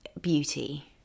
beauty